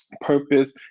Purpose